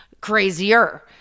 Crazier